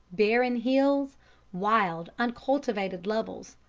barren hills, wild, uncultivated levels,